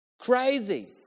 Crazy